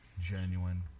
genuine